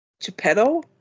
Geppetto